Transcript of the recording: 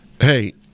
hey